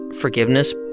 forgiveness